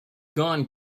gone